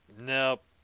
Nope